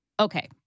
Okay